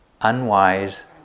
unwise